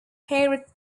herat